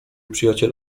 przyjaciel